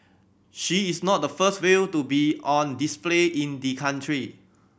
she is not the first whale to be on display in the country